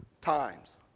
times